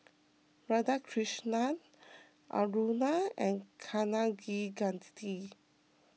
Radhakrishnan Aruna and Kaneganti